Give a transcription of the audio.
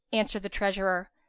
answered the treasurer,